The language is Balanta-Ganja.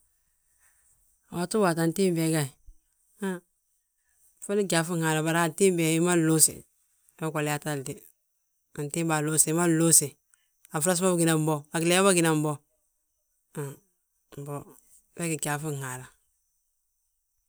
Waato waati antimbi he gayi, he fondi gyaaŧin Haala. Bari antimbi he hi ma nluusi, we goliyaatali de, antimba aluuse, hima nluusi. A frasa bâginan bo, a gilee bâgina bo, han mbo, we gí gyaaŧin Haala